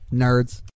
nerds